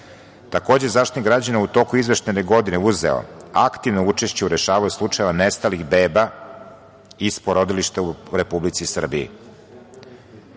Takođe, Zaštitnik građana je u toku izveštajne godine uzeo aktivno učešće u rešavanju slučajeva nestalnih beba iz porodilišta u Republici Srbiji.